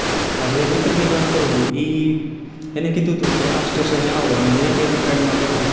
આ જે મિત્રની વાત કરું હું એ એને કીધું તું કે આ સ્ટેશને આવ અને ત્યાંથી અમે ટ્રેનમાં બેઠા